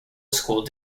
school